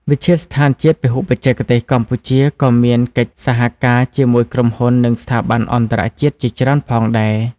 វិទ្យាស្ថានជាតិពហុបច្ចេកទេសកម្ពុជាក៏មានកិច្ចសហការជាមួយក្រុមហ៊ុននិងស្ថាប័នអន្តរជាតិជាច្រើនផងដែរ។